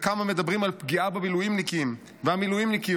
וכמה מדברים על פגיעה במילואימניקים והמילואימניקיות,